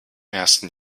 ersten